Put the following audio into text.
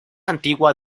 antigua